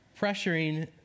pressuring